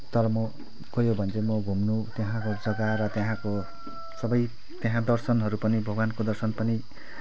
तर म गयो भने चाहिँ म घुम्न त्यहाँको जग्गा र त्यहाँको सबै त्यहाँ दर्शनहरू पनि भगवानको दर्शन पनि